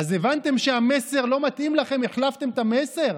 אז הבנתם שהמסר לא מתאים לכם, והחלפתם את המסר?